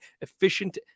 efficient